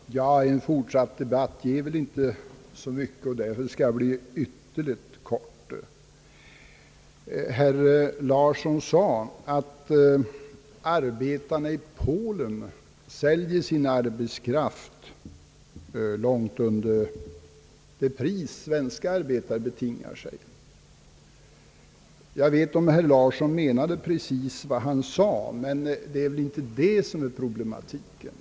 Herr talman! En fortsatt debatt ger väl inte så mycket, och jag skall därför fatta mig ytterligt kort. Herr Nils Theodor Larsson sade att arbetarna i Polen säljer sin arbetsinsats långt under vad svenska arbetare gör. Jag vet inte om herr Larsson menade exakt vad han sade, men det är inte det som är problematiken.